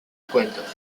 cuentos